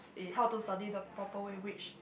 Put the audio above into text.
how to study the proper way which